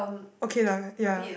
okay lah ya